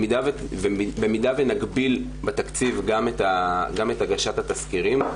במידה ונגביל בתקציב גם את הגשת התסקירים,